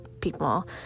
people